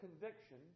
conviction